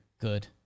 Good